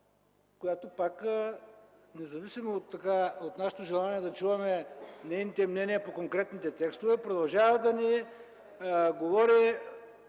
която, независимо от нашето желание да чуваме нейните мнения по конкретните текстове, продължава да ни говори